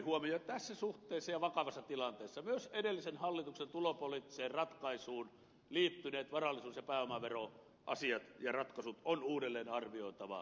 tässä suhteessa ja vakavassa tilanteessa myös edellisen hallituksen tulopoliittiseen ratkaisuun liittyneet varallisuus ja pääomaveroasiat ja ratkaisut on uudelleenarvioitava ja veroja on nostettava